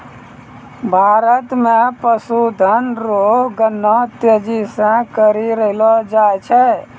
भारत मे पशुधन रो गणना तेजी से करी रहलो जाय छै